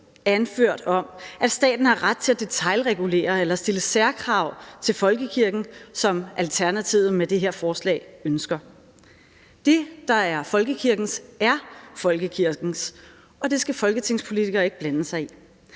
anført om, at staten har ret til at detailregulere eller stille særkrav til folkekirken, som Alternativet med det her forslag ønsker. Det, der er folkekirkens, er folkekirkens, og det skal folketingspolitikere ikke blande sig i,